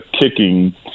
kicking